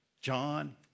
John